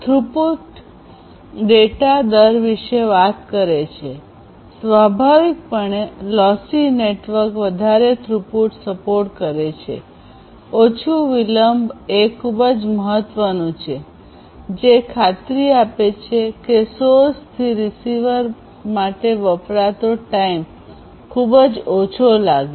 throughput data દર વિશે વાત કરે છે સ્વાભાવિક પણે લોસી નેટવર્ક વધારે થ્રુપુટ સપોર્ટ કરે છે ઓછું વિલંબ એ ખૂબ જ મહત્વનું છે જે ખાતરી આપે છે કે સોર્સથી રીસીવર માટે વપરાતો ટાઇમ ખુબ જ ઓછો લાગે